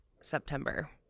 September